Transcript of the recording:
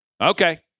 Okay